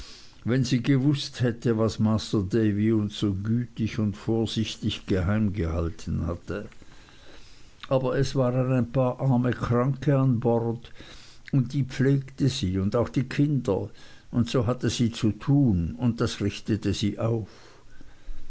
wenn sie gewußt hätte was masr davy uns so gütig und vorsichtig geheim gehalten hatte aber es waren ein paar arme kranke an bord und die pflegte sie und auch die kinder und so hatte sie zu tun und das richtete sie auf